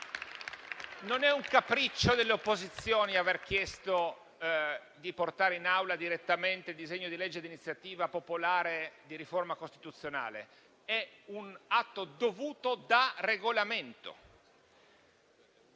Non è un capriccio delle opposizioni aver chiesto di portare in Assemblea direttamente il disegno di legge di iniziativa popolare di riforma costituzionale. È un atto dovuto da Regolamento.